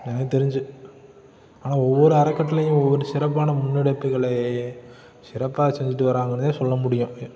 எனக்கு தெரிஞ்சு ஆனால் ஒவ்வொரு அறக்கட்டளையும் ஒவ்வொரு சிறப்பான முன்னெடுப்புகளை சிறப்பாக செஞ்சுட்டு வராங்கன்னுதான் சொல்ல முடியும்